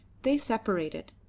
they separated.